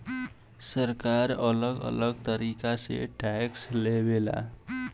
सरकार अलग अलग तरीका से टैक्स लेवे ला